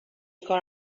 کار